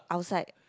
outside